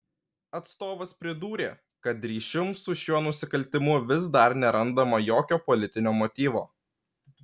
atstovas pridūrė kad ryšium su šiuo nusikaltimu vis dar nerandama jokio politinio motyvo